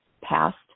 past